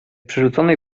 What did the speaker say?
przerzuconej